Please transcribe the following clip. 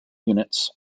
units